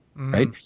Right